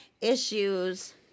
issues